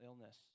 illness